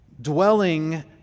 Dwelling